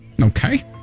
Okay